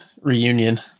Reunion